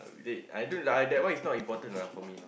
is it I don't like uh that one is not important lah for me now